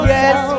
Yes